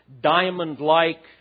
diamond-like